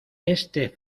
este